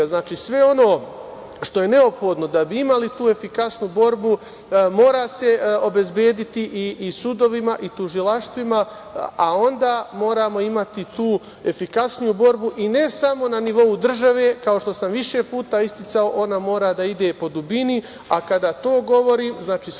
sve ono što je neophodno da bi imali tu efikasnu borbu mora se obezbediti i sudovima i tužilaštvima, a onda moramo imati tu efikasniju borbi, ne samo na nivou države, kao što sam više puta isticao, ona mora da ide po dubini, a kada to govorim, znači svaka